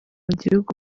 gihugu